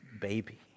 baby